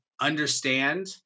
understand